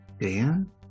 Dan